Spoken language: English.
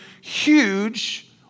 huge